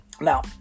now